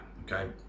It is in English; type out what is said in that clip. okay